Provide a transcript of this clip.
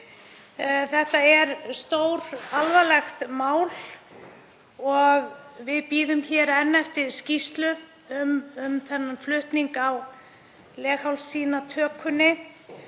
Þetta er stóralvarlegt mál og við bíðum hér enn eftir skýrslu um flutning á leghálssýnatökunni.